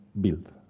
build